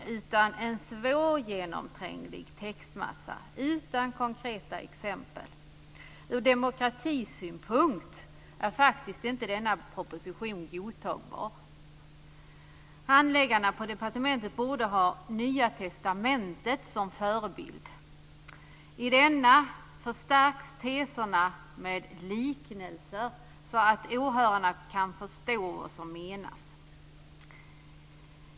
Det är en svårgenomtränglig textmassa utan konkreta exempel. Ur demokratisynpunkt är inte denna proposition godtagbar. Handläggarna på departementet borde ha Nya testamentet som förebild. Där förstärks teserna med liknelser så att åhörarna kan förstå vad som menas.